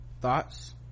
Thoughts